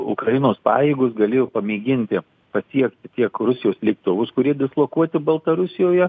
ukrainos pajėgos galėjo pamėginti pasiekti tiek rusijos lėktuvus kurie dislokuoti baltarusijoje